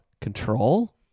control